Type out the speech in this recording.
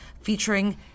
featuring